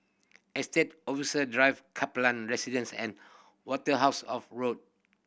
Estate Officer Drive Kaplan Residence and Waterhouse of Road